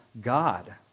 God